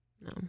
No